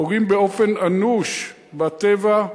פוגעים באופן אנוש בטבע,